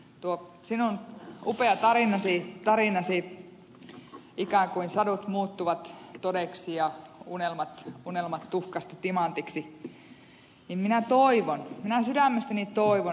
tuo teidän upea tarinanne että sadut ikään kuin muuttuvat todeksi ja unelmat tuhkasta timantiksi minä toivon minä sydämestäni toivon ed